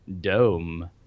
dome